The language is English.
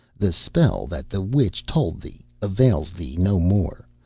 the spell that the witch told thee avails thee no more,